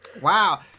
Wow